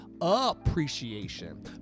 appreciation